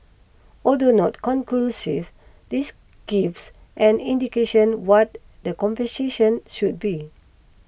although not conclusive this gives an indication what the compensation should be